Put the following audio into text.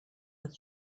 that